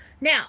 Now